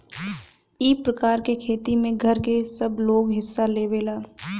ई प्रकार के खेती में घर के सबलोग हिस्सा लेवेला